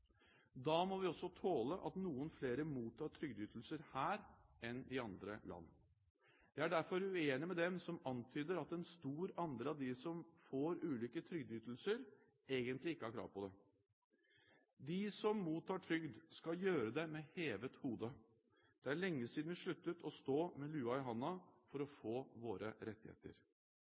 Da må vi også tåle at noen flere mottar trygdeytelser her enn i andre land. Jeg er derfor uenig med dem som antyder at en stor andel av dem som får ulike trygdeytelser, egentlig ikke har krav på det. De som mottar trygd, skal gjøre det med hevet hode. Det er lenge siden vi sluttet å stå med lua i handa for å få våre rettigheter.